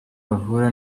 bahura